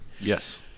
Yes